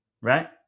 right